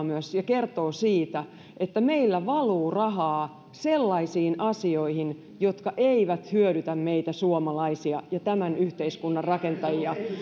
myös kertoo siitä että meillä valuu rahaa sellaisiin asioihin jotka eivät hyödytä meitä suomalaisia ja tämän yhteiskunnan rakentajia